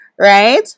right